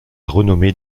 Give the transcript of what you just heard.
renommée